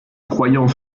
croyant